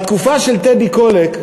בתקופה של טדי קולק,